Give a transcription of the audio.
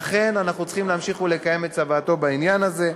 ואכן אנחנו צריכים להמשיך ולקיים את צוואתו בעניין הזה.